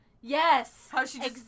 Yes